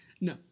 No